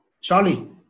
Charlie